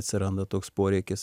atsiranda toks poreikis